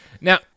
Now